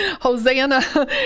Hosanna